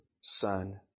son